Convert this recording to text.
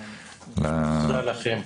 תודה רבה.